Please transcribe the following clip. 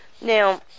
Now